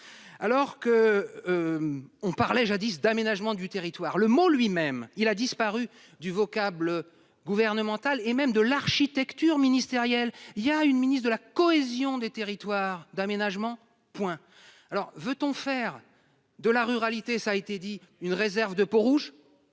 Alors que. On parlait jadis d'aménagement du territoire, le mot lui-même il a disparu du vocable gouvernementale et même de l'architecture ministérielle, il y a une ministre de la cohésion des territoires d'aménagement point alors veut-on faire de la ruralité. Ça a été dit, une réserve de Peaux-Rouges.